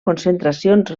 concentracions